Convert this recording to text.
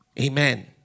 Amen